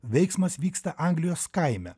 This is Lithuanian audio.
veiksmas vyksta anglijos kaime